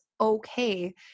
okay